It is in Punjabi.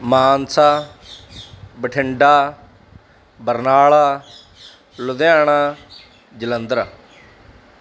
ਮਾਨਸਾ ਬਠਿੰਡਾ ਬਰਨਾਲਾ ਲੁਧਿਆਣਾ ਜਲੰਧਰ